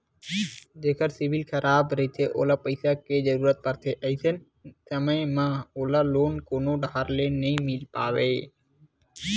जेखर सिविल खराब रहिथे ओला पइसा के जरूरत परथे, अइसन समे म ओला लोन कोनो डाहर ले नइ मिले पावय